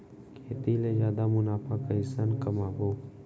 खेती ले जादा मुनाफा कइसने कमाबो?